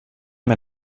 med